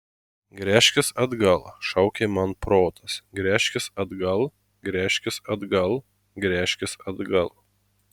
gręžkis atgal šaukė man protas gręžkis atgal gręžkis atgal gręžkis atgal